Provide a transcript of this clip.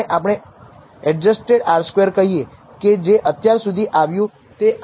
001 તો તમે નલ પૂર્વધારણાને નકારી નહીં શકો